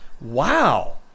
wow